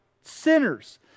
sinners